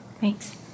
Thanks